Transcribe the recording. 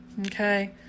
Okay